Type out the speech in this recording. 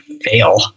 fail